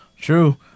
True